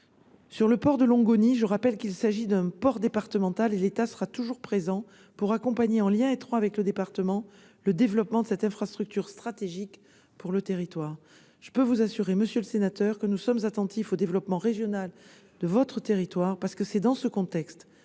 que le port de Longoni est un port départemental et que l'État sera toujours présent pour accompagner, en lien étroit avec le département, le développement de cette infrastructure stratégique pour le territoire. Je peux vous assurer, monsieur le sénateur, que nous sommes attentifs au développement régional de votre territoire, parce que c'est dans ce contexte